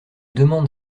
demandes